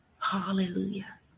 Hallelujah